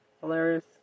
hilarious